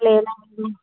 लेना है जी